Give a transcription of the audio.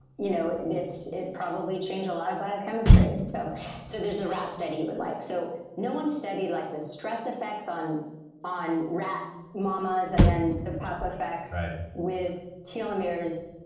you know it it probably changed a lot of biochemistry, so so there's a rat study you would like. so no one studied like the stress effects on on rat mamas, and then the pup effects with telomeres.